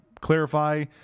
clarify